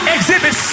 Exhibit